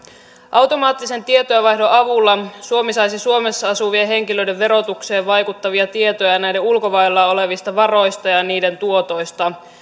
automaattisen tietojenvaihdon avulla suomi saisi suomessa asuvien henkilöiden verotukseen vaikuttavia tietoja näiden ulkomailla olevista varoista ja ja niiden tuotoista